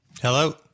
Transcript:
Hello